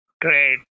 Great